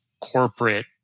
corporate